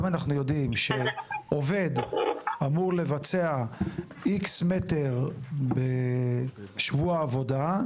אם אנחנו יודעים שעובד אמור לבצע X מטר בשבוע עבודה,